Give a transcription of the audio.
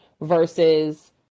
versus